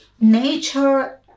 nature